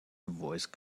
voice